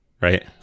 right